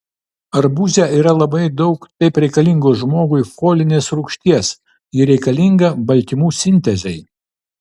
arbūze yra labai daug taip reikalingos žmogui folinės rūgšties ji reikalinga baltymų sintezei